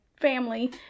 family